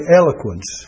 eloquence